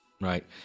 right